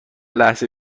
لحظه